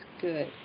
good